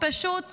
פשוט